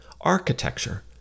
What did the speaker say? architecture